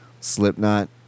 Slipknot